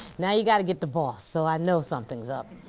now you gotta get the boss so i know something's up.